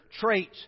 traits